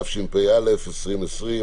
התשפ"א 2020,